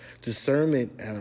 Discernment